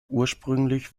ursprünglich